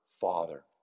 Father